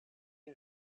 une